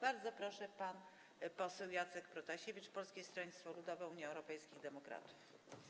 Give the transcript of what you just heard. Bardzo proszę, pan poseł Jacek Protasiewicz, Polskie Stronnictwo Ludowe - Unia Europejskich Demokratów.